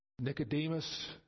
Nicodemus